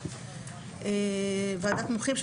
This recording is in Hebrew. אני ממשיכה בהקראה.